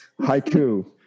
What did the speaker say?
Haiku